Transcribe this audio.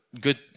good